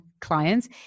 clients